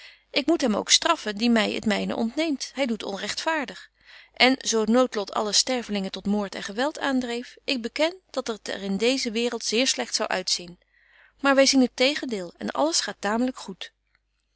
ik moet hem ook straffen die my het myne ontneemt hy doet onrechtvaardig en zo het noodlot alle stervelingen tot moord en geweld aandreef ik beken dat het er in deeze waereld zeer slegt zou uitzien maar wy zien het tegendeel en alles gaat taamlyk goed